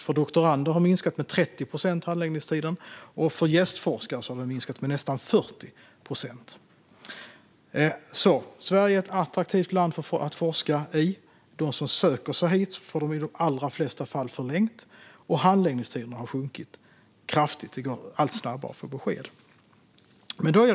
För doktorander har handläggningstiden minskat med 30 procent, och för gästforskare har handläggningstiden minskat med nästan 40 procent. Sverige är alltså ett attraktivt land att forska i, de som söker sig hit får i de allra flesta fall förlängt och handläggningstiderna har sjunkit kraftigt. Det går också allt snabbare att få besked.